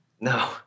No